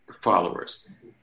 followers